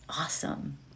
Awesome